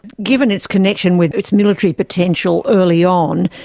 given its connection with its military potential early on,